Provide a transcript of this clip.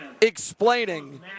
explaining